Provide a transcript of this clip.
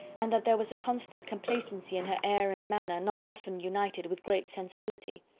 and that there was a constant complacency in her air and manner not often united with great sensibility.